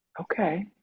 Okay